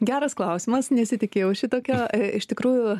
geras klausimas nesitikėjau šitokio iš tikrųjų